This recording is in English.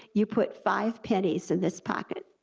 you put five pennies in this pocket.